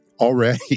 already